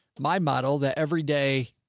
my model, that every day.